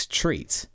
treat